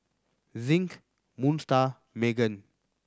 Zinc Moon Star Megan